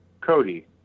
Cody